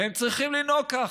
והם צריכים לנהוג כך.